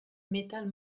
metal